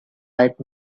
right